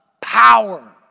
power